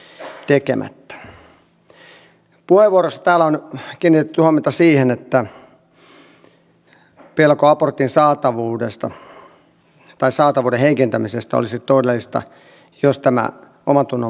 puheenvuoroissa täällä on kiinnitetty huomiota siihen että pelko abortin saatavuudesta tai saatavuuden heikentämisestä olisi todellista jos tämä omantunnonvapaus sallittaisiin